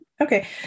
Okay